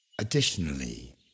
Additionally